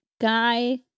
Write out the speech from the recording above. Guy